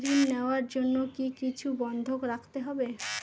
ঋণ নেওয়ার জন্য কি কিছু বন্ধক রাখতে হবে?